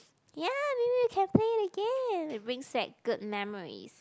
ya maybe we can play it again brings back good memories